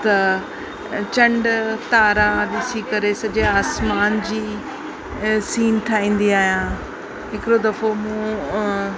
त चंड तारा ॾिसी करे सॼे आसमान जी सीन ठाहींदी आहियां हिकिड़ो दफ़ो मूं